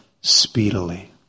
speedily